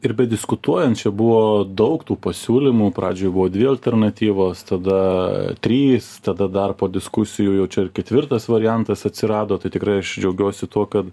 ir bediskutuojant čia buvo daug tų pasiūlymų pradžioj buvo dvi alternatyvos tada trys tada dar po diskusijų jau čia ir ketvirtas variantas atsirado tai tikrai aš džiaugiuosi tuo kad